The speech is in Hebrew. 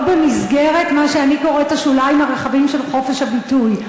במסגרת מה שאני קוראת השוליים הרחבים של חופש הביטוי.